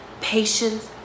patience